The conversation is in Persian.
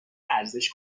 ارزش